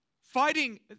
fighting